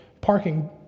parking